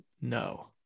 No